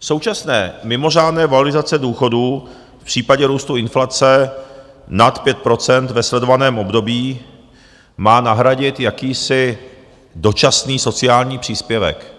Současné mimořádné valorizace důchodů v případě růstu inflace nad 5 % ve sledovaném období má nahradit jakýsi dočasný sociální příspěvek,